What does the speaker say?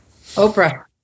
Oprah